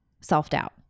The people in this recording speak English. self-doubt